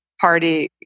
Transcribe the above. party